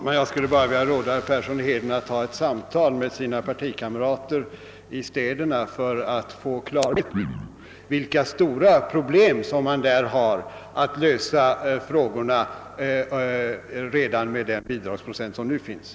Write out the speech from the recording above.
Herr talman! Jag vill bara returnera det rådet till herr Gustafson i Göteborg och be honom att ta ett samtal med sina partivänner i de bygder som har de långa avstånden och de dåliga vägarna.